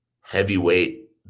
Heavyweight